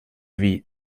wie